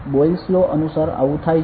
Boyle's law અનુસાર આવું થાય છે